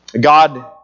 God